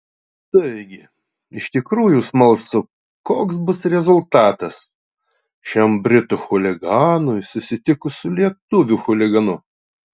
taigi iš tikrųjų smalsu koks bus rezultatas šiam britų chuliganui susitikus su lietuvių chuliganu